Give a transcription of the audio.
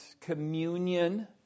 Communion